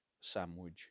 sandwich